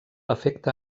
afecta